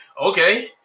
okay